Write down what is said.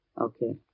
Okay